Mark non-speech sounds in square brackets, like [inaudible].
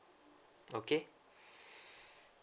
okay [breath]